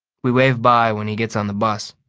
we wave bye when he gets on the bus,